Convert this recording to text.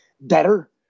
better